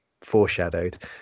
foreshadowed